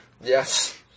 yes